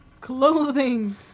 clothing